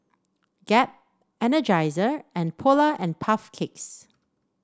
Gap Energizer and Polar and Puff Cakes